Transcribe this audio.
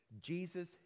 Jesus